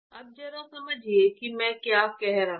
अब जरा समझिए कि मैं क्या कह रहा हूं